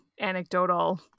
anecdotal